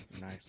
Nice